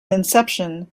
inception